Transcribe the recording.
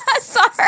Sorry